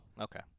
okay